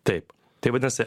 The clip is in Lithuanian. taip tai vadinasi